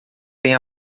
tem